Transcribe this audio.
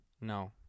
No